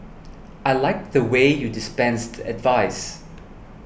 I like the way you dispensed advice